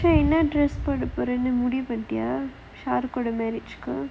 அடுத்த வருஷம் என்ன:adutha varusham enna dress போட போறேன்னு முடிவு பண்ணிட்டயா:poda poraennu mudivu pannittayaa